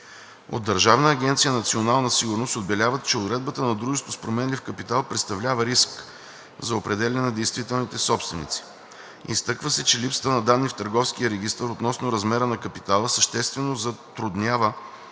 От Държавна агенция „Национална сигурност“ отбелязват, че уредбата на дружеството с променлив капитал представлява риск за определяне на действителните собственици. Изтъква се, че липсата на данни в Търговския регистър относно размера на капитала съществено затруднява